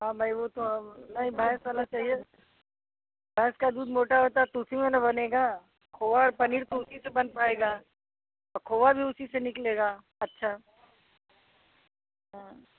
हाँ भाई वह तो नहीं भैंस वाला चाहिए भैंस का दूध मोटा होता है तो उसी में ना बनेगा खोआ पनीर तो उसी से बन पाएगा और खोआ भी उसी से निकलेगा अच्छा हाँ